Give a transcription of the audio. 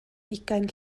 ugain